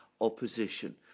opposition